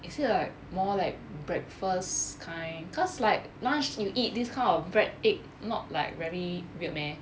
is it like more like breakfast kind cause like lunch you eat this kind of bread egg not like very weird meh